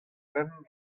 pemp